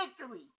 victory